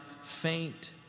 faint